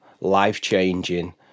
life-changing